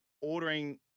ordering